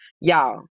Y'all